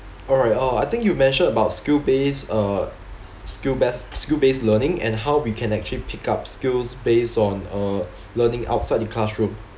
alright uh I think you mention about skill based uh skill best skill based learning and how we can actually pick up skills based on uh learning outside the classroom